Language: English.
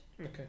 okay